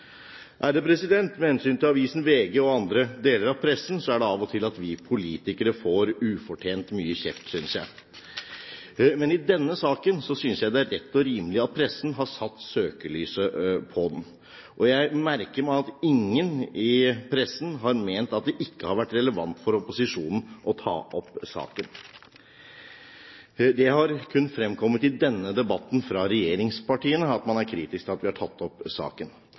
Med hensyn til avisen VG og andre deler av pressen er det av og til at vi politikere får ufortjent mye kjeft, synes jeg. Men denne saken synes jeg det er rett og rimelig at pressen har satt søkelyset på. Jeg merker meg at ingen i pressen har ment at det ikke har vært relevant for opposisjonen å ta opp saken. Det har kun fremkommet i denne debatten, fra regjeringspartiene, at man er kritisk til at vi har tatt opp saken.